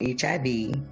HIV